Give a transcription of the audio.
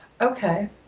Okay